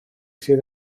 sydd